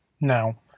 Now